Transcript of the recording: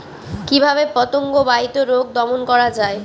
কিভাবে পতঙ্গ বাহিত রোগ দমন করা যায়?